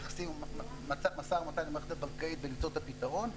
משא ומתן עם המערכת הבנקאית ולמצוא את הפתרון.